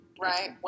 Right